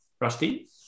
Rusty